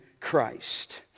Christ